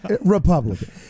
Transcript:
Republican